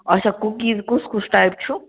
اَچھا کُکیٖز کُس کُس ٹایپ چھُ